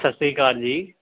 ਸਤਿ ਸ਼੍ਰੀ ਅਕਾਲ ਜੀ